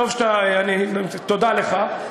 תודה לך.